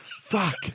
Fuck